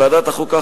בוועדת החוקה,